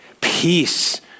peace